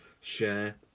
share